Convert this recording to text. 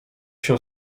się